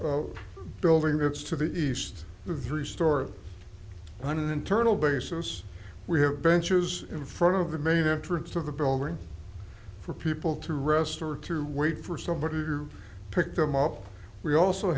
a building that's to the east the three story one an internal basis we have benches in front of the main entrance of the building for people to rest or to wait for somebody to pick them up we also